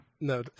No